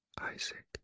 Isaac